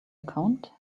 account